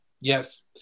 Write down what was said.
yes